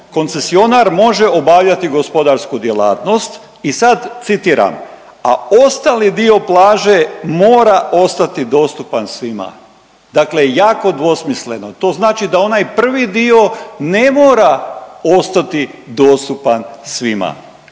koncesionar može obavljati gospodarsku djelatnost i sad citiram: „a ostali dio plaže mora ostati dostupan svima“, dakle jako dvosmisleno. To znači da onaj prvi dio ne mora ostati dostupan svima,